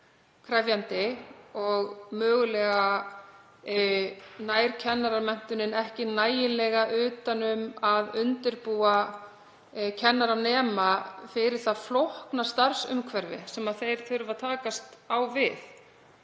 krefjandi og mögulega nær kennaramenntunin ekki nægilega utan um það að undirbúa kennaranema fyrir það flókna starfsumhverfi sem þeir þurfa að takast á við.